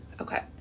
Okay